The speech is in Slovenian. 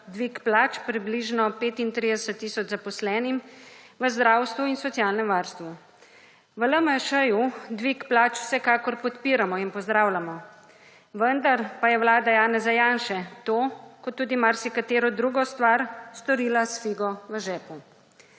dvig plač približno 30 tisoč zaposlenim v zdravstvu in socialnem varstvu. V LMŠ-ju dvig plač vsekakor podpiramo in pozdravljamo, vendar pa je vlada Janeza Janše to, kot tudi marsikatero drugo stvar, storila s figo v žepu.